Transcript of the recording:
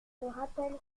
rappelle